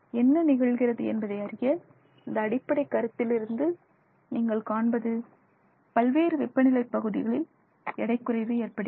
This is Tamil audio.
என்ன நிகழ்கிறது என்பதை அறிய இந்த அடிப்படை கருத்திலிருந்து நீங்கள் காண்பது பல்வேறு வெப்பநிலை பகுதிகளில் எடை குறைவு ஏற்படுகிறது